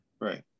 Right